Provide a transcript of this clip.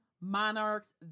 monarchs